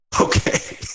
Okay